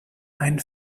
einen